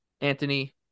Anthony